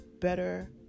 better